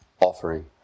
offering